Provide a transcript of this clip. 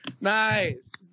Nice